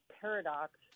paradox